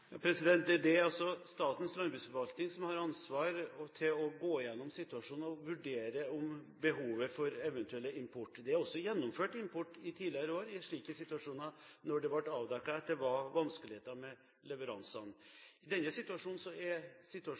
Det er Statens landbruksforvaltnings ansvar å gå igjennom situasjon og vurdere om behovet er der for eventuelt å importere. Det er gjennomført import også tidligere år i slike situasjoner når det ble avdekket at det var vanskeligheter med leveransene. Denne situasjonen er noe annerledes. Det er